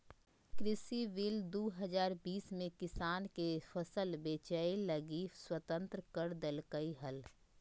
कृषि बिल दू हजार बीस में किसान के फसल बेचय लगी स्वतंत्र कर देल्कैय हल